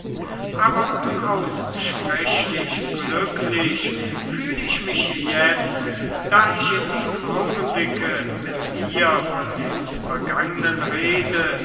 aber unaussprechlich glücklich fühl ich mich jetzt da ich in diesem augenblicke mit dir von dem vergangnen rede